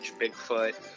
Bigfoot